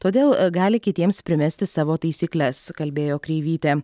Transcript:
todėl gali kitiems primesti savo taisykles kalbėjo kreivytė